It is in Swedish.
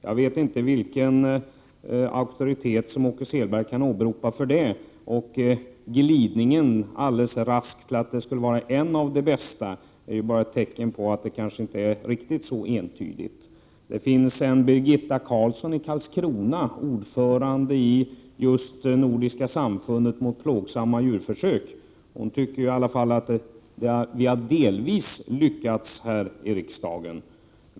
Jag vet inte vilken auktoritet som Åke Selberg kan åberopa för att säga detta. Bara den alldeles raskt gjorda glidningen över till att säga att lagstiftningen skulle vara en av de bästa är i sig ett tecken på att detta budskap kanske inte är riktigt så entydigt. Det finns en Birgitta Karlsson i Karlskrona, som just är ordförande i Nordiska samfundet mot plågsamma djurförsök. Hon tycker att vi i alla fall delvis har lyckats här i riksdagen.